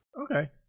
Okay